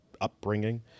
upbringing